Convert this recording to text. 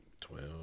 Twelve